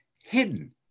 hidden